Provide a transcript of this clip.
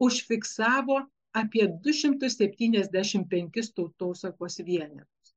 užfiksavo apie du šimtus septyniasdešimt penkis tautosakos vienetus